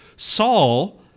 Saul